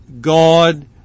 God